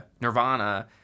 Nirvana